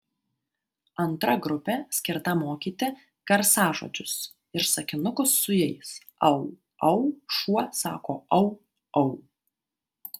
antra grupė skirta mokyti garsažodžius ir sakinukus su jais au au šuo sako au au